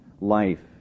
life